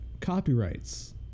Copyrights